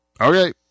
Okay